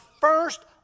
first